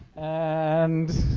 and.